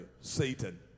Satan